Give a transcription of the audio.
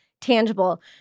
tangible